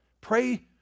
Pray